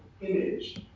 image